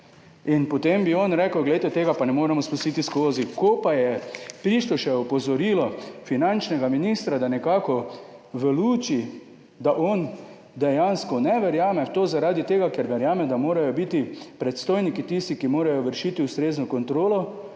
In potem bi on rekel, glejte, tega pa ne moremo spustiti skozi. Ko pa je prišlo še opozorilo finančnega ministra, da nekako v luči, da on dejansko ne verjame v to zaradi tega, ker verjame, da morajo biti predstojniki tisti, ki morajo vršiti ustrezno kontrolo